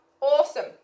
awesome